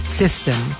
system